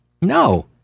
no